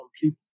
complete